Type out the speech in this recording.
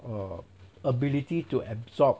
err ability to absorb